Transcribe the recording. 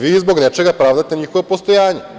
Vi zbog nečega pravdate njihovo postojanje.